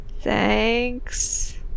Thanks